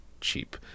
cheap